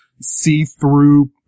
see-through